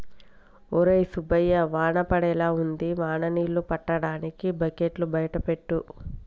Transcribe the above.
ఒరై సుబ్బయ్య వాన పడేలా ఉంది వాన నీళ్ళు పట్టటానికి బకెట్లు బయట పెట్టు